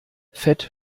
fett